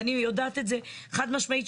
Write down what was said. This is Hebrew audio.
ואני יודעת את זה חד משמעית,